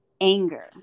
anger